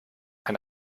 ein